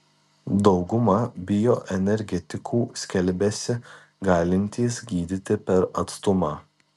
dauguma bioenergetikų skelbiasi galintys gydyti per atstumą